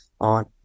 on